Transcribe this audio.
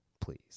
Please